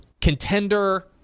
contender